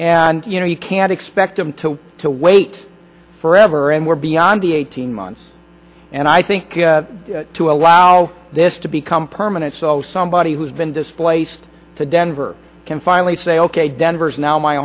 and you know you can't expect them to to wait forever and we're beyond the eighteen months and i think to allow this to become permanent so somebody who's been displaced to denver can finally say ok denver's now my